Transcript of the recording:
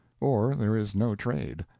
or there is no trade.